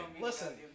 Listen